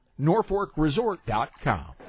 NorfolkResort.com